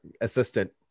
assistant